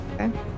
Okay